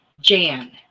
Jan